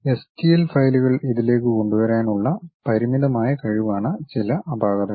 STL ഫയലുകൾ ഇതിലേക്ക് കൊണ്ടുവരാൻ ഉള്ള പരിമിതമായ കഴിവാണ് ചില അപാകതകൾ